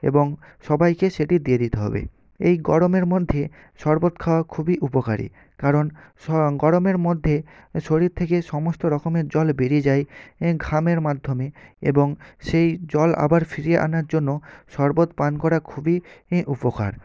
এবং সবাইকে সেটি দিয়ে দিতে হবে এই গরমের মধ্যে শরবত খাওয়া খুবই উপকারী কারণ গরমের মধ্যে শরীর থেকে সমস্ত রকমের জল বেরিয়ে যায় ঘামের মাধ্যমে এবং সেই জল আবার ফিরিয়ে আনার জন্য শরবত পান করা খুবই উপকার